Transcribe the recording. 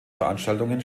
veranstaltungen